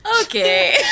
Okay